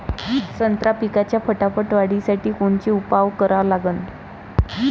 संत्रा पिकाच्या फटाफट वाढीसाठी कोनचे उपाव करा लागन?